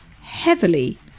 heavily